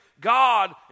God